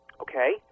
Okay